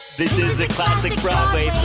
this is the classic broadway